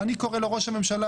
אני קורא לו ראש הממשלה.